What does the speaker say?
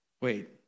Wait